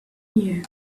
you